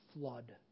flood